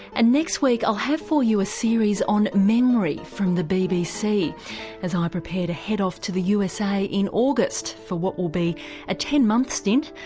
and next week i'll have for you a series on memory from the bbc as i prepare to head off to the usa in august for what will be a ten-month stint.